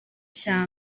cya